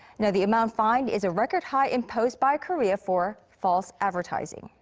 the amount fined is a record high imposed by korea for false advertising.